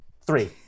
Three